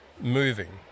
moving